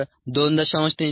t 2